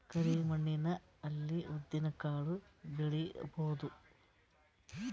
ಕರಿ ಮಣ್ಣ ಅಲ್ಲಿ ಉದ್ದಿನ್ ಕಾಳು ಬೆಳಿಬೋದ?